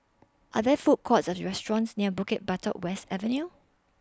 Are There Food Courts Or restaurants near Bukit Batok West Avenue